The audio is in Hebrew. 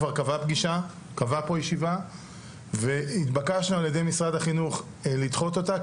כבר קבעה פה ישיבה והתבקשנו על ידי משרד החינוך לדחות אותה,